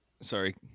Sorry